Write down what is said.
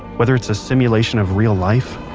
whether it's a simulation of real life,